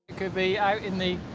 could be out in the